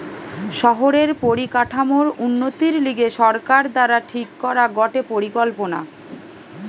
শহরের পরিকাঠামোর উন্নতির লিগে সরকার দ্বারা ঠিক করা গটে পরিকল্পনা